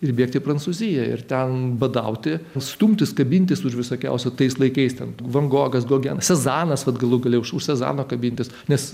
ir bėgti į prancūziją ir ten badauti stumtis kabintis už visokiausių tais laikais ten tų van gogas gogenas sezanas vat galų gale už sezano kabintis nes